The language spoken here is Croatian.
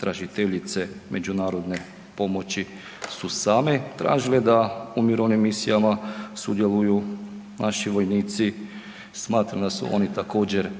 tražiteljice međunarodne pomoći su same tražile da u mirovnim misijama sudjeluju naši vojnici. Smatram da su oni također